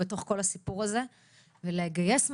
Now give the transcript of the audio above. בתוך כל הסיפור הזה ולגייס משאבים,